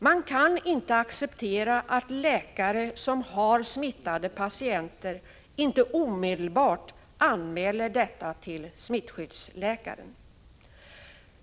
Man kan inte acceptera att läkare, som har smittade patienter, inte omedelbart anmäler detta till smittskyddsläkaren.